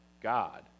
God